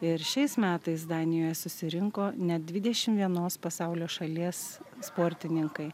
ir šiais metais danijoj susirinko net dvidešimt vienos pasaulio šalies sportininkai